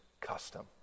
custom